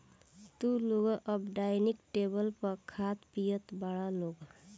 तू लोग अब डाइनिंग टेबल पर खात पियत बारा लोग